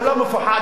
לא מפוחד,